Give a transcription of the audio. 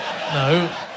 no